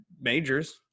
majors